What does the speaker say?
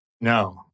No